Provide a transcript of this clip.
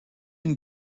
and